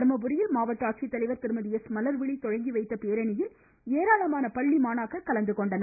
தருமபுரியில் மாவட்ட ஆட்சித்தலைவர் திருமதி எஸ் மலர்விழி தொடங்கி வைத்த பேரணியில் ஏராளமான பள்ளிமாணாக்கர் கலந்துகொண்டனர்